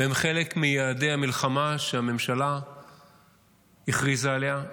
הם חלק מיעדי המלחמה שהממשלה הכריזה עליהם,